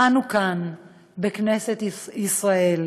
אנו כאן בכנסת ישראל,